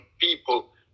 people